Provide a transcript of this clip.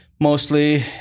mostly